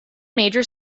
major